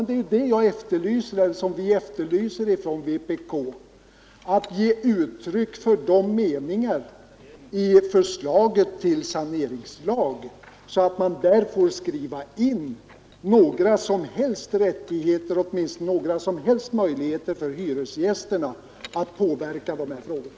Det är just detta som vpk efterlyser. Dessa meningar bör komma till uttryck i förslaget till saneringslag, så att man där får skriva in åtminstone några möjligheter för hyresgästerna att påverka de här frågorna.